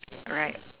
alright